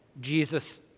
Jesus